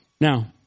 Now